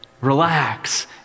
relax